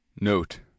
Note